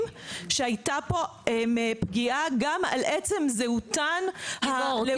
שהיתה פה פגיעה גם על עצם זהותן הלאומית.